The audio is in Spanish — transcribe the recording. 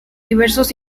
diversos